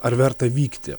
ar verta vykti